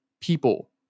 people